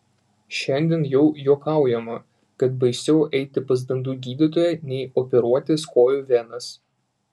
šiandien jau juokaujama kad baisiau eiti pas dantų gydytoją nei operuotis kojų venas